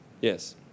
yes